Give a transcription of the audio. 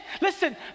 Listen